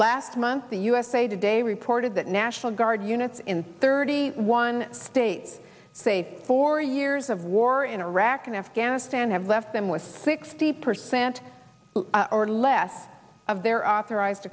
last month the usa today reported that national guard units in thirty one states say four years of war in iraq and afghanistan have left them with sixty percent or less of their authorized